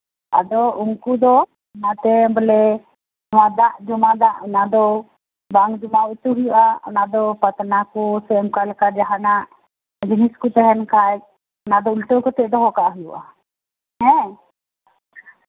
ᱟᱫᱚ ᱩᱱᱠᱩ ᱫᱚ ᱚᱱᱟᱛᱮ ᱵᱚᱞᱮ ᱡᱚᱢᱟ ᱫᱟᱜ ᱚᱱᱟ ᱫᱚ ᱵᱟᱝ ᱡᱚᱢᱟᱣ ᱦᱚᱪᱚᱭ ᱦᱩᱭᱩᱜᱼᱟ ᱚᱱᱟ ᱫᱚ ᱯᱟᱛᱱᱟ ᱠᱚ ᱥᱮ ᱚᱱᱠᱟᱞᱮᱠᱟ ᱡᱟᱦᱟᱱᱟᱜ ᱡᱤᱱᱤᱥ ᱠᱚ ᱛᱟᱦᱮᱱ ᱠᱷᱟᱱ ᱚᱱᱟ ᱫᱚ ᱩᱞᱴᱟᱹᱣ ᱠᱟᱛᱮᱫ ᱫᱚᱦᱚ ᱠᱟᱜ ᱦᱩᱭᱩᱜᱼᱟ ᱦᱮᱸ